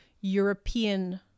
European